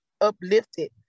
uplifted